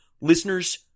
listeners